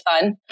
fun